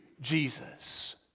Jesus